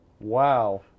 Wow